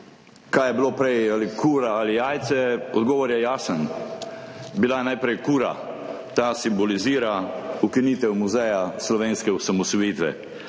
kaj je bilo prej, ali kura ali jajce – odgovor je jasen, bila je najprej kura. Ta simbolizira ukinitev Muzeja slovenske osamosvojitve.